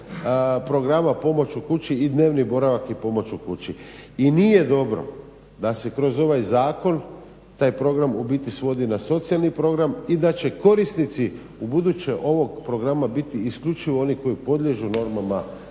programa pomoć u kući i dnevni boravak i pomoć u kući. I nije dobro da se kroz ovaj zakon taj program u biti svodi na socijalni program i da će korisnici ubuduće ovog programa biti isključivo oni koji podliježu normama